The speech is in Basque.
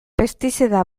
pestizida